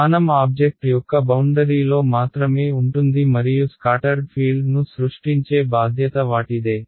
స్థానం ఆబ్జెక్ట్ యొక్క బౌండరీలో మాత్రమే ఉంటుంది మరియు స్కాటర్డ్ ఫీల్డ్ను సృష్టించే బాధ్యత వాటిదే